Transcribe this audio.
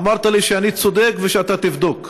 אמרת לי שאני צודק ושאתה תבדוק.